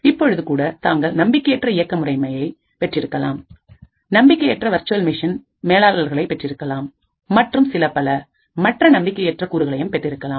இப்பொழுது கூட தாங்கள் நம்பிக்கையற்ற இயக்க முறைமையை பெற்றிருக்கலாம் நம்பிக்கையற்ற வர்ச்சுவல் மிஷின் மேலாளர்களை பெற்றிருக்கலாம் மற்றும் சிலபல மற்ற நம்பிக்கையற்ற கூறுகளையும் பெற்றிருக்கலாம்